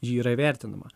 ji yra įvertinama